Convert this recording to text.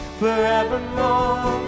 forevermore